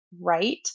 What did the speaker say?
right